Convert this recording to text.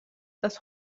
das